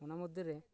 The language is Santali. ᱚᱱᱟ ᱢᱚᱫᱽᱫᱷᱮ ᱨᱮ